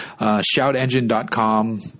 shoutengine.com